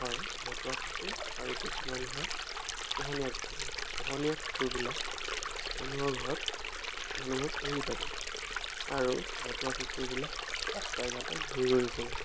হয় ভতুৱা কুকুৰ আৰু কিছুমান হয় পোহনীয়া কুকুৰ পোহনীয়া কুকুৰবিলাক মানুহৰ ঘৰত মানুহে পুহি থাকে আৰু ভতুৱা কুকুৰবিলাক ৰাস্তাই ঘাটে ঘূৰি ঘূৰি ফুৰে